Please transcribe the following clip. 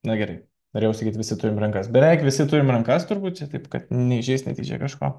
na gerai norėjau sakyt visi turim rankas beveik visi turim rankas turbūt čia taip kad neįžeis netyčia kažko